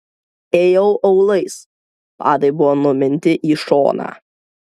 ėjau aulais padai buvo numinti į šoną